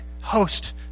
host